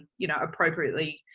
you know, appropriately,